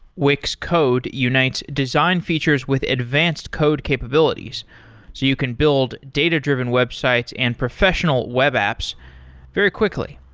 wix code unites design features with advanced code capabilities, so you can build data-driven websites and professional web apps very quickly.